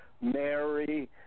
Mary